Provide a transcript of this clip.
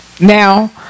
now